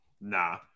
Nah